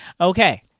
Okay